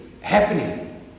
happening